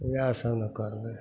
इहएसब ने करबै